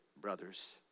brothers